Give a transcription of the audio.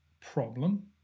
problem